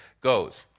goes